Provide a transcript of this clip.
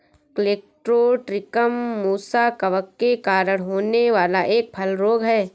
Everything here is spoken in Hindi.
कलेक्टोट्रिकम मुसा कवक के कारण होने वाला एक फल रोग है